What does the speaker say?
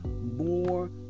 more